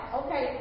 okay